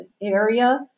area